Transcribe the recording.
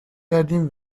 کردیم